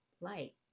light